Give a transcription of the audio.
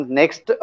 next